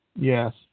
yes